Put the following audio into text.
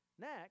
Next